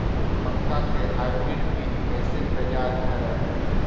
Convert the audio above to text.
मक्का के हाइब्रिड बीज कैसे तैयार करय हैय?